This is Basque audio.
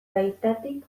baitatik